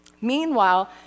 Meanwhile